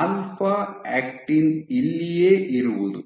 alpha actin ಇಲ್ಲಿಯೇ ಇರುವುದು